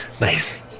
Nice